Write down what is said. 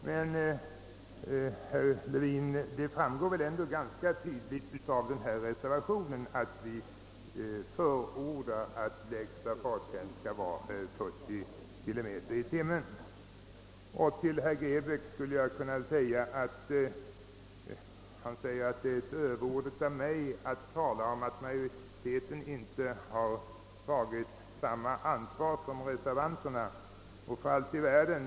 Men det framgår väl ändå ganska tydligt av denna reservation att vi förordar att lägsta fartgräns skall vara 40 km/tim. Herr Grebäck säger att det är överord av mig att påstå att majoriteten inte har tagit samma ansvar som reservanterna.